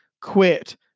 quit